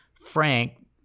Frank